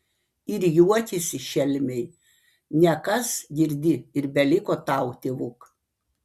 ir juokėsi šelmiai nekas girdi ir beliko tau tėvuk